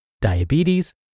diabetes